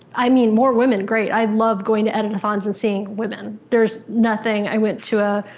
i mean, more women, great. i love going to edit-a-thons and seeing women. there's nothing, i went to